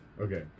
Okay